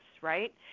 right